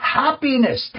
happiness